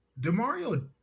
DeMario